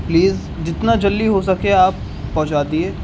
please جتنا جلدی ہو سکے آپ پہنچا دیے